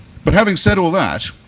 but having said all that,